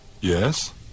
Yes